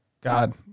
God